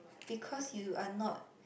because you are not